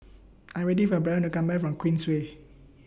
I Am waiting For Barron to Come Back from Queensway